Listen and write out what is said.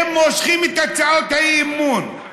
הם מושכים את הצעות האי-אמון.